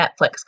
Netflix